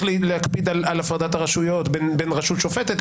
להקפיד על הפרדת הרשויות בין רשות שופטת,